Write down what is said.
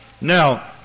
Now